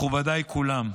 מכובדיי כולם,